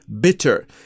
bitter